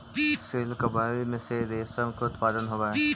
silkworm से रेशम के उत्पादन होवऽ हइ